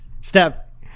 Step